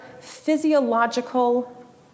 physiological